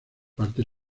parte